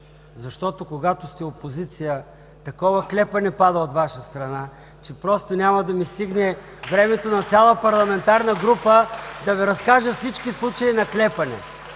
Защото, когато сте опозиция, такова клепане пада от Ваша страна, че просто няма да ми стигне времето на цялата парламентарна група да Ви разкажа всички случаи на клепане.